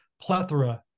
plethora